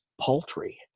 paltry